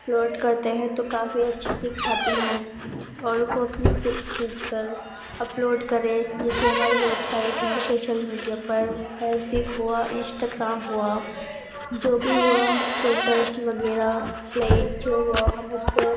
upload کرتے ہیں تو کافی اچّھی پکس آتی ہیں اور وہ اپنی پکس کھینچ کر اپلوڈ کرے جیسے ہماری ویب سائٹ ہیں شوسل میڈیا پر فیس بک ہوا انسٹاگرام ہوا جو بھی ہوا پن ٹرسٹ وغیرہ پلیٹ جو ہوا ہم اس پہ